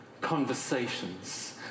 conversations